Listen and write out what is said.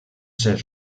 ser